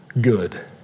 good